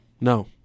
No